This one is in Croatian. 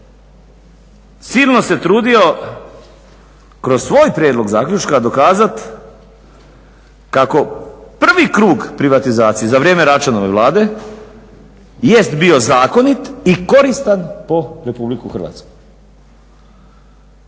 silno se trudio kroz svoj prijedlog zaključka dokazati kako prvi krug privatizacije za vrijeme Račanove vlade jest bio zakonit i koristan po RH. I da kako